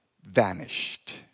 vanished